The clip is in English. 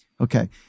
Okay